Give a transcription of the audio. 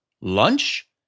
Lunch